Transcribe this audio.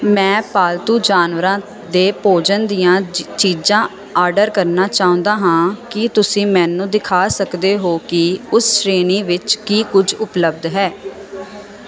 ਮੈਂ ਪਾਲਤੂ ਜਾਨਵਰਾਂ ਦੇ ਭੋਜਨ ਦੀਆਂ ਚੀਜ਼ਾਂ ਆਰਡਰ ਕਰਨਾ ਚਾਹੁੰਦਾ ਹਾਂ ਕੀ ਤੁਸੀਂ ਮੈਨੂੰ ਦਿਖਾ ਸਕਦੇ ਹੋ ਕਿ ਉਸ ਸ਼੍ਰੇਣੀ ਵਿੱਚ ਕੀ ਕੁਛ ਉਪਲੱਬਧ ਹੈ